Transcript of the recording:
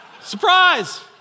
Surprise